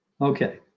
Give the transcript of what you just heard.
Okay